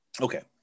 Okay